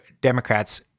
Democrats